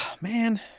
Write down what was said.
Man